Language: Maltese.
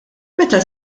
meta